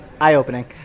Eye-opening